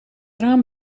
raam